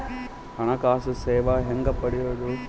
ಹಣಕಾಸು ಸೇವಾ ಹೆಂಗ ಪಡಿಯೊದ?